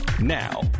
Now